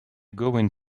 going